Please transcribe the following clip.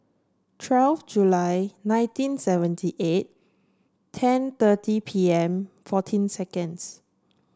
twelve July nineteen seventy eight ten thirty P M fourteen seconds